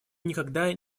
никогда